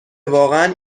واقعا